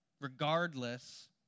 regardless